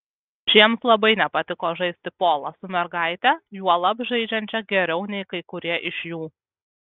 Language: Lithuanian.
šiems labai nepatiko žaisti polą su mergaite juolab žaidžiančia geriau nei kai kurie iš jų